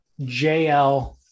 JL